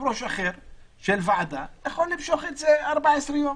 יושב-ראש אחר של ועדה יכול למשוך את זה 14 יום